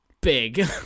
Big